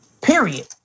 period